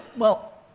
well,